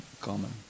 common